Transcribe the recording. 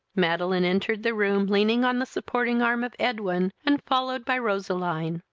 madeline entered the room, leaning on the supporting arm of edwin, and followed by roseline.